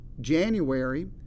January